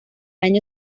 año